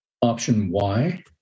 Option-Y